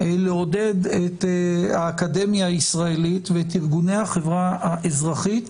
לעודד את האקדמיה הישראלית ואת ארגוני החברה האזרחית